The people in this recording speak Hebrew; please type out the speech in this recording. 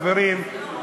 חברים,